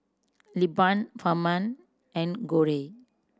Lilburn Ferman and Cory